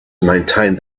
maintained